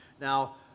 Now